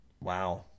Wow